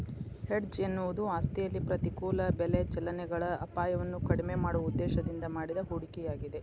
hedge ಎನ್ನುವುದು ಆಸ್ತಿಯಲ್ಲಿ ಪ್ರತಿಕೂಲ ಬೆಲೆ ಚಲನೆಗಳ ಅಪಾಯವನ್ನು ಕಡಿಮೆ ಮಾಡುವ ಉದ್ದೇಶದಿಂದ ಮಾಡಿದ ಹೂಡಿಕೆಯಾಗಿದೆ